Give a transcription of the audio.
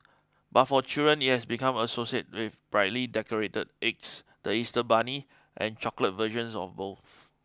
but for children it has become associated with brightly decorated eggs the Easter bunny and chocolate versions of both